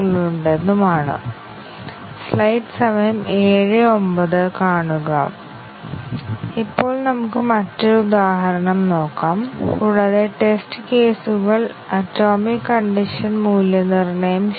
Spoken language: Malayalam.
അതിനാൽ ഇതിന്റെ ഒരു ഉദാഹരണം മ്യൂട്ടേഷൻ പരിശോധനയാണ് അവയിൽ പലതും കവറേജ് അധിഷ്ഠിത ടെസ്റ്റിംഗ് ഞങ്ങൾ നോക്കുന്നു കൂടാതെ മ്യൂട്ടേഷൻ ടെസ്റ്റിംഗ് ആയ തെറ്റ് അടിസ്ഥാനമാക്കിയുള്ള പരിശോധനയും ഞങ്ങൾ നോക്കുന്നു